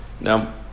Now